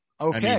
Okay